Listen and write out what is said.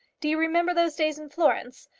do you remember those days in florence?